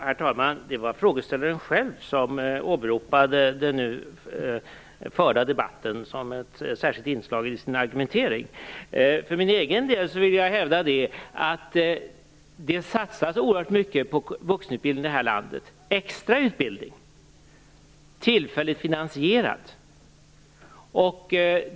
Herr talman! Det var frågeställaren själv som åberopade den nu förda debatten som ett särskilt inslag i sin argumentering. För min egen del vill jag hävda att det satsas oerhört mycket på extra, tillfälligt finansierad, vuxenutbildning i vårt land.